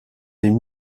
des